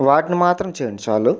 వాటిని మాత్రం చేయండి చాలు